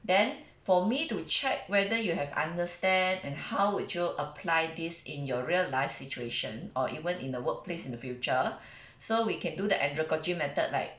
then for me to check whether you have understand and how would you apply this in your real life situation or even in the workplace in the future so we can do the andragogy method like